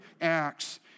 Acts